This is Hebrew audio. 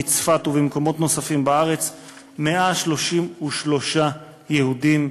בצפת ובמקומות נוספים בארץ 133 יהודים,